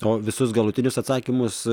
o visus galutinius atsakymus